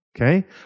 Okay